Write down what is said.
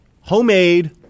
homemade